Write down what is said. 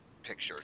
picture